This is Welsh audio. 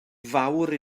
fawr